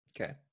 Okay